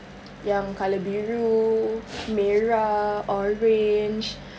yang colour biru merah orange